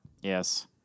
Yes